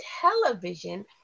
television